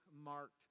marked